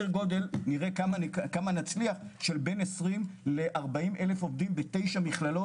גודל של בין 20,000 40,000 עובדים בתשע מכללות.